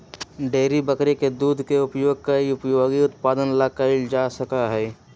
dairy बकरी के दूध के उपयोग कई उपयोगी उत्पादन ला कइल जा सका हई